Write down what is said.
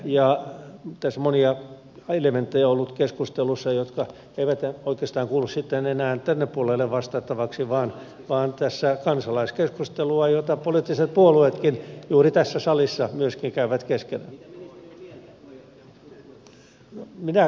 tässä on monia elementtejä ollut keskustelussa jotka eivät oikeastaan kuulu sitten enää tänne puolelle vastattavaksi vaan kansalaiskeskusteluun jota poliittiset puolueetkin juuri tässä salissa myöskin käyvät keskenään